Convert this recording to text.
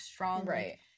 Right